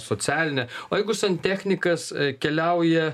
socialinę o jeigu santechnikas keliauja